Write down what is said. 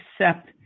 accept